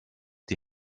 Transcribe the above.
die